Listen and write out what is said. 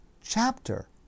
chapter